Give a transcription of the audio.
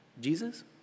Jesus